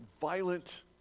violent